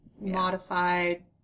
modified